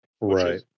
Right